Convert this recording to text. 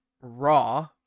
Raw